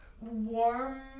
warm